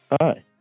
Hi